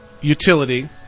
utility